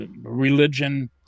religion